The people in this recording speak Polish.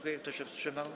Kto się wstrzymał?